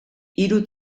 hiru